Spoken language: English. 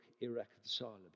irreconcilable